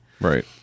right